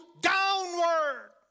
downward